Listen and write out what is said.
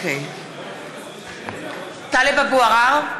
(קוראת בשמות חברי הכנסת) טלב אבו עראר,